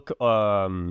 look